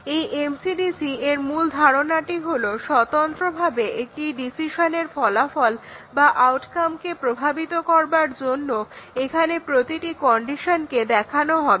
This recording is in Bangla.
এই MCDC এর মূল ধারণাটি হলো স্বতন্ত্রভাবে একটি ডিসিশনের ফলাফল বা আউটকামকে প্রভাবিত করার জন্য এখানে প্রতিটি কন্ডিশনকে দেখানো হবে